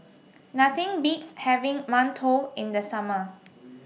Nothing Beats having mantou in The Summer